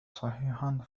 صحيحًا